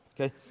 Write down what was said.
Okay